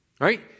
right